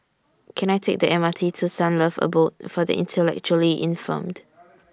Can I Take The M R T to Sunlove Abode For The Intellectually Infirmed